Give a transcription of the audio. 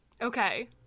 Okay